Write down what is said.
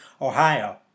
Ohio